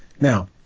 Now